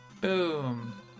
Boom